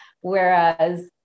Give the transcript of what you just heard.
Whereas